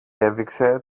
έδειξε